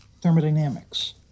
thermodynamics